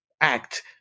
act